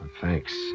Thanks